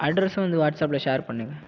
அட்ரஸும் வந்து வாட்ஸப்பில் ஷேர் பண்ணுங்கள்